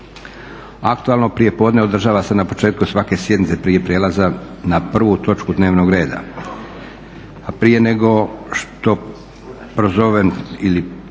Aktualno prijepodne održava se na početku svake sjednice prije prijelaza na prvu točku dnevnog reda, a prije nego što prozovem ili